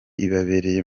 ibabereye